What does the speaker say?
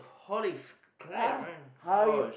!holy f~ crap! right !gosh!